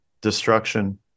destruction